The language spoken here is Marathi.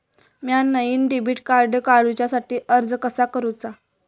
म्या नईन डेबिट कार्ड काडुच्या साठी अर्ज कसा करूचा?